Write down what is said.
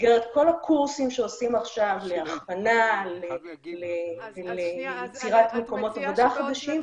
במסגרת כל הקורסים שעושים עכשיו להכוונה וליצירת מקומות עבודה חדשים,